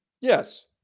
Yes